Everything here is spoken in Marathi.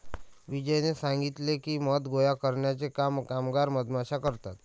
विजयने सांगितले की, मध गोळा करण्याचे काम कामगार मधमाश्या करतात